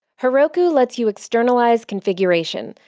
heroku lets you externalize configuration,